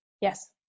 Yes